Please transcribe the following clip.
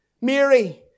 Mary